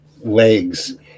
legs